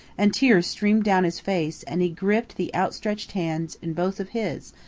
and tears streamed down his face, and he gripped the outstretched hand in both of his,